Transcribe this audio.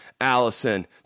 Allison